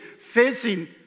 facing